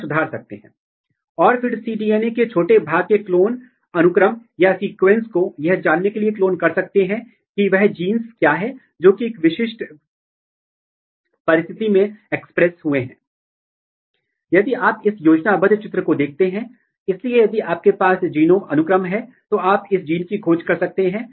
तो या तो आप उस डीएनए के फ्रेगमेंट को ले लेते हैं और यदि आप जानते हैं कि पुटेटिव बाइंडिंग साइट क्या है जिससे आप एक विशिष्ट प्राइमर को डिजाइन कर सकते हैं और आप PCR qRT PCR या qPCR के माध्यम से प्रवर्धित कर सकते हैं या यदि आप अनुक्रम नहीं जानते हैं तो आप अपने फ्रेगमेंट ले सकते हैं